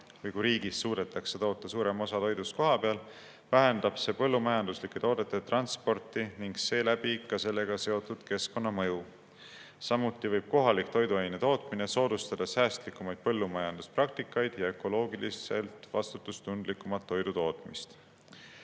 (või kui riigis suudetakse toota suurem osa toidust kohapeal – V. V.), vähendab see põllumajanduslike toodete transporti ning seeläbi ka sellega seotud keskkonnamõju. Samuti võib kohalik toidutootmine soodustada säästlikumaid põllumajanduspraktikaid ja ökoloogiliselt vastutustundlikumat toidutootmist.